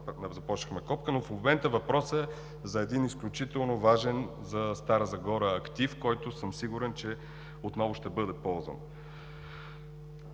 започнахме копка, но в момента въпросът е за един изключително важен за Стара Загора актив, който съм сигурен, че отново ще бъде ползван.